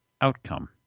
outcome